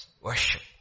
worship